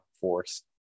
force